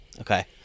Okay